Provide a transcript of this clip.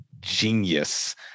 genius